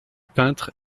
peintre